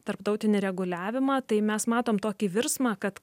tarptautinį reguliavimą tai mes matom tokį virsmą kad